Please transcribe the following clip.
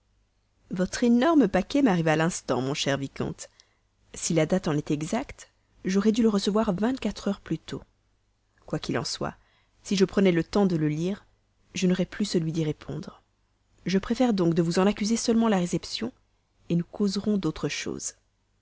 votre énorme paquet m'arrive à l'instant mon cher vicomte si la date en est exacte j'aurais dû le recevoir vingt-quatre heures plus tôt quoi qu'il en soit si je prenais le temps de le lire je n'aurais plus celui d'y répondre je préfère de vous en accuser seulement la réception nous causerons d'autre chose